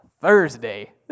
Thursday